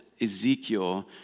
Ezekiel